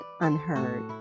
Unheard